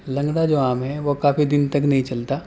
لنگڑا جو آم ہے وہ کافی دن تک نہیں چلتا